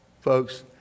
Folks